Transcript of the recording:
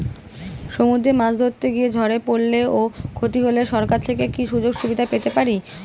সমুদ্রে মাছ ধরতে গিয়ে ঝড়ে পরলে ও ক্ষতি হলে সরকার থেকে কি সুযোগ সুবিধা পেতে পারি?